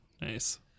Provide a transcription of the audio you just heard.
Nice